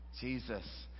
Jesus